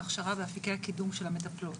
ההכשרה ואפיקי הקידום של המטפלות.